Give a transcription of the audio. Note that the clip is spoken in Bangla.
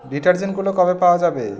ডিটারজেন্টগুলো কবে পাওয়া যাবে